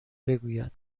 بگوید